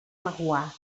laguar